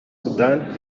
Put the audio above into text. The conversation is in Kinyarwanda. soudan